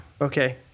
okay